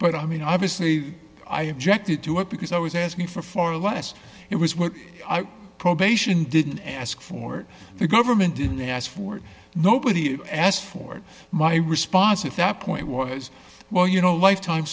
but i mean obviously i objected to it because i was asking for far less it was what probation didn't ask for it the government didn't ask for it nobody asked for my response if that point was well you know lifetime